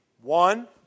One